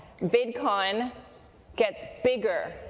vidcon gets bigger,